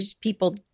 people